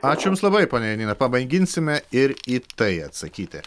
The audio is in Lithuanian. ačiū jums labai ponia janina pamėginsime ir į tai atsakyti